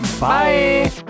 Bye